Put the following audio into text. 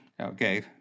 Okay